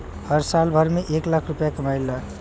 हम साल भर में एक लाख रूपया कमाई ला